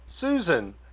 Susan